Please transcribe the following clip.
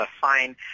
fine